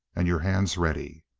and your hands ready.